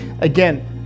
again